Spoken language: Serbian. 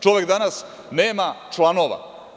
Čovek danas nema članova.